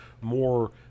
more